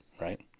right